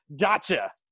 gotcha